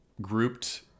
grouped